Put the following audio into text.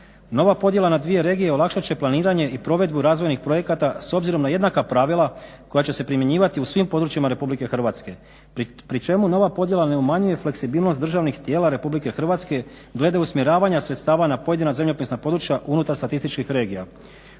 Nova podjela na 2 regije olakšat će planiranje i provedbu razvojnih projekata s obzirom na jednaka pravila koja će se primjenjivati u svim područjima RH. Pri čemu nova podjela ne umanjuje fleksibilnost državnih tijela RH glede usmjeravanja sredstava na pojedina zemljopisna područja unutar statističkih regija.